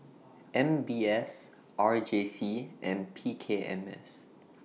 M B S R J C and P K M S